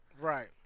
Right